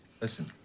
listen